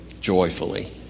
joyfully